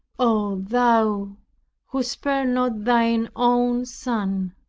oh, thou who spared not thine own son!